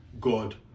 God